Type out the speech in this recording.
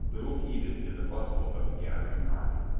little heeded in the bustle of the gathering army.